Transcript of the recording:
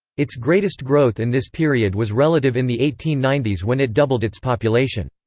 its greatest growth in this period was relative in the eighteen ninety s when it doubled its population.